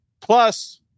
Plus